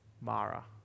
Mara